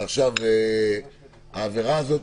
העבירה הזאת,